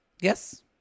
Yes